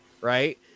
Right